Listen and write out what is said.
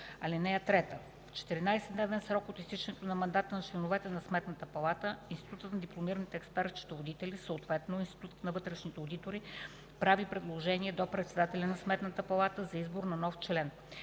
избор. (3) В 14-дневен срок от изтичането на мандата на членовете на Сметната палата Институтът на дипломираните експерт-счетоводители, съответно Институтът на вътрешните одитори прави предложение до председателя на Сметната палата за избор на нов член.